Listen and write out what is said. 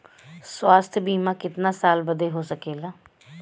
स्वास्थ्य बीमा कितना साल बदे हो सकेला?